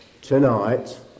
Tonight